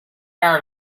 are